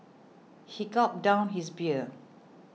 he gulped down his beer